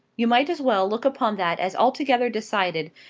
you might as well look upon that as altogether decided,